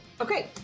Okay